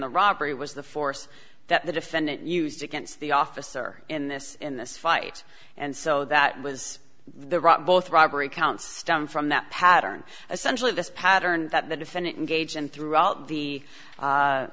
the robbery was the force that the defendant used against the officer in this in this fight and so that was the right both robbery counts stem from that pattern essentially this pattern that the defendant and gauge and throughout the